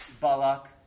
Balak